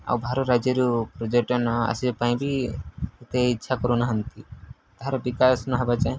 ଆଉ ବାହାର ରାଜ୍ୟରୁ ପର୍ଯ୍ୟଟନ ଆସିବା ପାଇଁ ବି ଏତେ ଇଚ୍ଛା କରୁନାହାନ୍ତି ତାହାର ବିକାଶ ନହେବା ଯାଏଁ